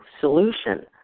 solution